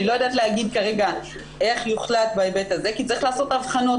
אני לא יודעת להגיד כרגע איך יוחלט בהיבט הזה כי צריך לעשות הבחנות